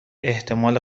احتمال